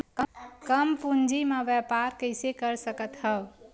कम पूंजी म व्यापार कइसे कर सकत हव?